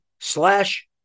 slash